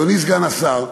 אדוני סגן השר,